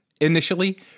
initially